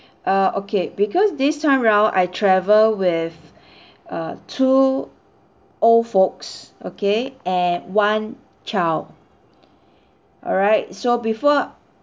uh okay because this time round I travel with uh two old folks okay and one child alright so before